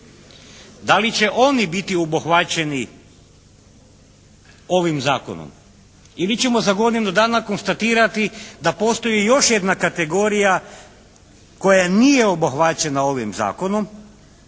Da li će oni biti obuhvaćeni ovim zakonom ili ćemo za godinu dana konstatirati da postoji još jedna kategorija koja nije obuhvaćena ovim zakonom